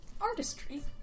artistry